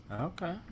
Okay